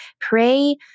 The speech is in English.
pray